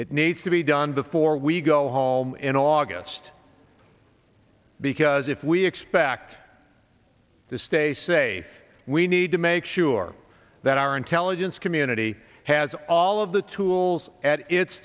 it needs to be done before we go home in august because if we expect to stay safe we need to make sure that our intelligence community has all of the tools at its